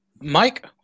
Mike